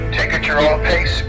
Take-At-Your-Own-Pace